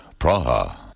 Praha